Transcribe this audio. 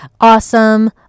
Awesome